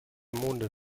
monde